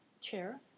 chair